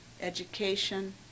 education